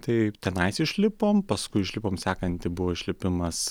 taip tenais išlipom paskui išlipom sekantį buvo išlipimas